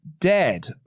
dead